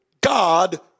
God